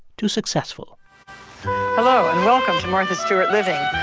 too successful hello, and welcome to martha stewart living.